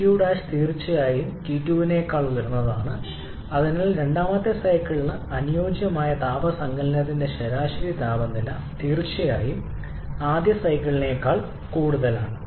T2 തീർച്ചയായും T2 നെക്കാൾ ഉയർന്നതാണ് അതിനാൽ രണ്ടാമത്തെ സൈക്കിളിന് അനുയോജ്യമായ താപ സങ്കലനത്തിന്റെ ശരാശരി താപനില തീർച്ചയായും ആദ്യത്തെ സൈക്കിളിനേക്കാൾ കൂടുതലാണ്